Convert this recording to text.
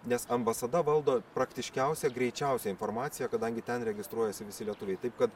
nes ambasada valdo praktiškiausią greičiausią informaciją kadangi ten registruojasi visi lietuviai taip kad